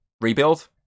rebuild